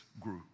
group